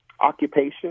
occupation